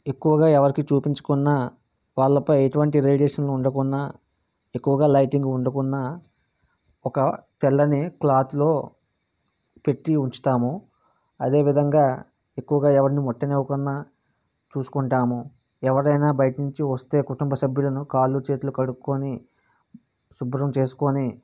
ఎక్కువగా ఎవరికీ చూపించకుండా వాళ్ళపై ఎటువంటి రేడియేషన్ ఉండకుండా ఎక్కువగా లైటింగ్ ఉండకుండా ఒక తెల్లని క్లాత్లో పెట్టి ఉంచుతాము అదేవిధంగా ఎక్కువగా ఎవర్ని ముట్టనీవ్వకుండా చూసుకుంటాము ఎవరైనా బయట నుంచి వస్తే కుటుంబ సభ్యులను కాళ్ళు చేతులు కడుక్కోని శుభ్రం చేసుకోని